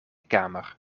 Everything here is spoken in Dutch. kamer